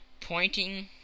pointing